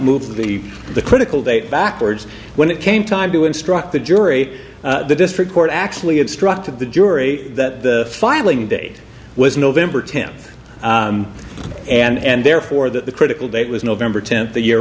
move the the critical date backwards when it came time to instruct the jury the district court actually instructed the jury that the filing date was november tenth and therefore that the critical date was november tenth the year